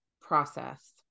process